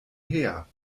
her